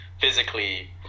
physically